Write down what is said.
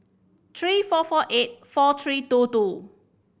three four four eight four three two two